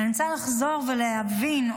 אני רוצה לחזור ולהבין,